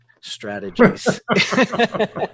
strategies